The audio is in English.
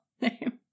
name